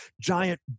giant